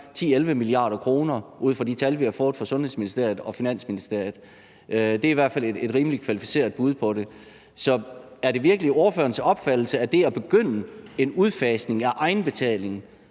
10-11 mia. kr. ud fra de tal, vi har fået fra Sundhedsministeriet og Finansministeriet. Det er i hvert fald et rimelig kvalificeret bud på det. Så er det virkelig ordførerens opfattelse, at bare det at begynde en udfasning af egenbetalingen